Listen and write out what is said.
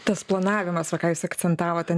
tas planavimas va ką jūs akcentavote